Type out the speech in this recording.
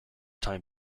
time